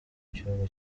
cyobo